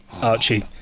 Archie